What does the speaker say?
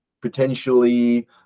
potentially